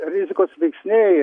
rizikos veiksniai